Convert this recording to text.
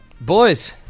boys